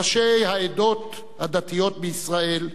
ראשי העדות הדתיות בישראל,